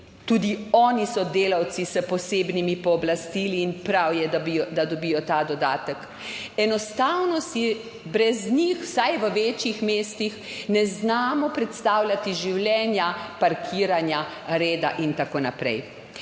Tudi oni so delavci s posebnimi pooblastili in prav je, da dobijo ta dodatek. Enostavno si brez njih, vsaj v večjih mestih, ne znamo predstavljati življenja, parkiranja, reda in tako naprej.